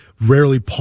rarely